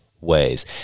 ways